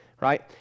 Right